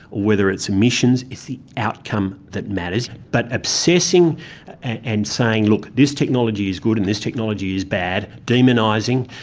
whether it's emissions, it's the outcome that matters, but obsessing and saying look this technology is good and this technology is bad, demonising,